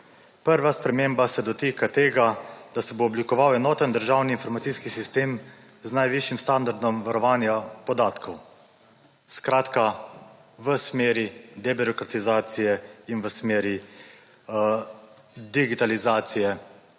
Prva sprememba se dotika tega, da se bo oblikoval enoten državni informacijski sistem z najvišjim standardom varovanja podatkov. Skratka v smeri debirokratizacije v smeri digitalizacije